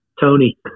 Tony